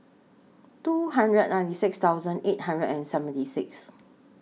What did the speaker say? two hundred ninety six thousand eight hundred and seventy six